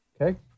okay